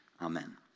Amen